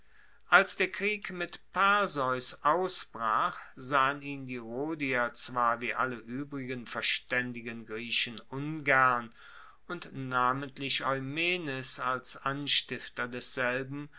als der krieg mit perseus ausbrach sahen ihn die rhodier zwar wie alle uebrigen verstaendigen griechen ungern und namentlich eumenes als anstifter desselben